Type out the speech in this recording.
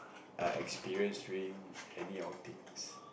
err experience during any outings